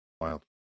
wild